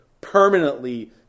permanently